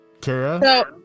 Kara